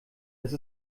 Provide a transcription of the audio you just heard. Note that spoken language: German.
dass